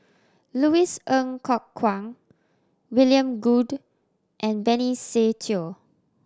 Louis Ng Kok Kwang William Goode and Benny Se Teo